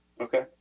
Okay